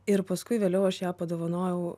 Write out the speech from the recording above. ir paskui vėliau aš ją padovanojau